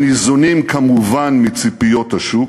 הניזונים כמובן מציפיות השוק"